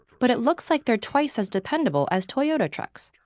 but it looks like they're twice as dependable as toyota trucks.